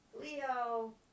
Leo